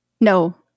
No